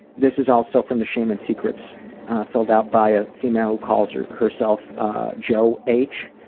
this is also from the shame and secrets filled out by a female who calls herself jo h.